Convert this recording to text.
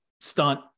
stunt